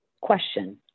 question